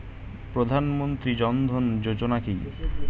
প্রধানমন্ত্রী জনধন যোজনা কি?